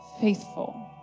faithful